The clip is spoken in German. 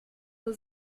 nur